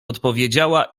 odpowiedziała